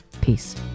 Peace